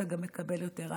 אתה גם מקבל יותר.